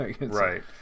right